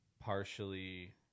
partially